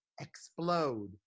explode